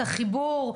החיבור,